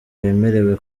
bemerewe